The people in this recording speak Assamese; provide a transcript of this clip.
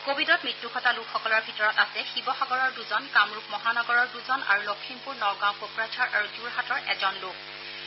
কোৱিডত মৃত্যু ঘটা লোকসকলৰ ভিতৰত আছে শিৱসাগৰৰ দুগৰাকী কামৰূপ মহানগৰৰ দুগৰাকী আৰু লখিমপুৰ নগাঁও কোকৰাঝাৰ আৰু যোৰহাটৰ এজন লোক আছে